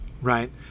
right